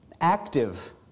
active